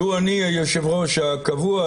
לו אני היושב-ראש הקבוע,